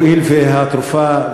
הואיל והתרופה,